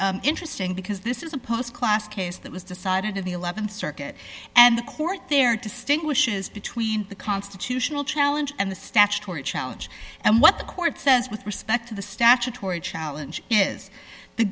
is interesting because this is a pos class case that was decided in the th circuit and the court there distinguishes between the constitutional challenge and the statutory challenge and what the court says with respect to the statutory challenge is the